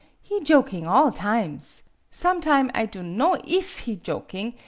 he joking alrtimes. some time i dunno if he joking,